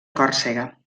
còrsega